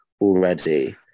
already